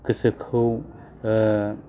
गोसोखौ